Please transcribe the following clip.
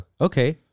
okay